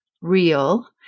real